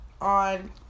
on